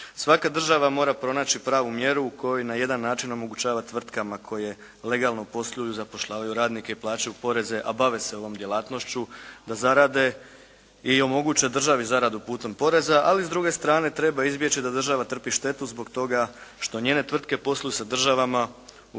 Svaka država mora pronaći pravu mjeru u kojoj na jedna način omogućava tvrtkama koje legalno posluju i zapošljavaju radnike, plaćaju poreze, a bave se ovom djelatnošću da zarade i omoguće državi zaradu putem poreza, ali s druge strane treba izbjeći da država trpi štetu zbog toga što njene tvrtke posluju sa državama koje